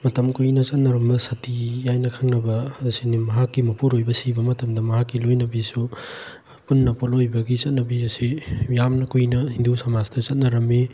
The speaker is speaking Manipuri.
ꯃꯇꯝ ꯀꯨꯏꯅ ꯆꯠꯅꯔꯝꯕ ꯁꯇꯤ ꯍꯥꯏꯅ ꯈꯪꯅꯕ ꯑꯁꯤꯅꯤ ꯃꯍꯥꯛꯀꯤ ꯃꯄꯨꯔꯣꯏꯕ ꯁꯤꯕ ꯃꯇꯝꯗ ꯃꯍꯥꯛꯀꯤ ꯂꯣꯏꯅꯕꯤꯁꯨ ꯄꯨꯟꯅ ꯄꯣꯂꯣꯏꯠꯕꯒꯤ ꯆꯠꯅꯕꯤ ꯑꯁꯤ ꯌꯥꯝꯅ ꯀꯨꯏꯅ ꯍꯤꯟꯗꯨ ꯁꯃꯥꯖꯇ ꯆꯥꯠꯅꯔꯝꯃꯤ